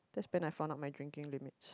that's been I found out my drinking limits